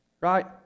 Right